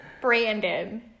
Brandon